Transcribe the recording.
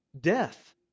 Death